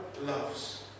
loves